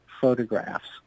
photographs